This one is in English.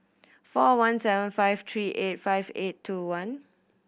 four one seven five three eight five eight two one